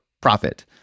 profit